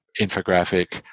infographic